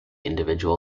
individual